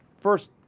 first